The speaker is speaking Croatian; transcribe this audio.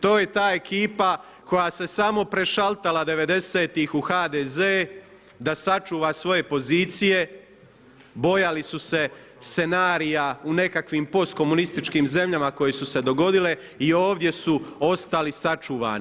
To je ta ekipa koja se samo prešaltala devedesetih u HDZ da sačuva svoje pozicije, bojali su se scenarija u nekakvim postkomunističkim zemljama koje su se dogodile i ovdje su ostali sačuvani.